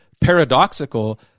paradoxical